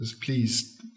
Please